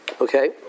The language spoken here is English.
Okay